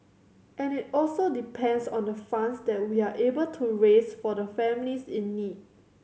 and it also depends on the funds that we are able to raise for the families in need